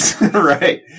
Right